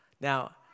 now